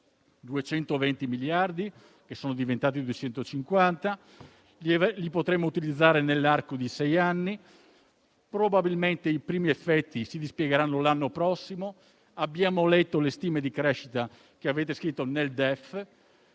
220 miliardi, che sono diventati 250, che potremo utilizzare nell'arco di sei anni; probabilmente i primi effetti si dispiegheranno l'anno prossimo; abbiamo letto le stime di crescita che avete scritto nel DEF